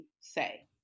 say